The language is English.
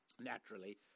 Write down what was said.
naturally